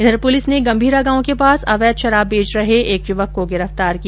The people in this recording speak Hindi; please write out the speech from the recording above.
उधर पुलिस ने गंभीरा गांव के पास अवैध शराब बेच रहे एक युवक को गिरफ्तार किया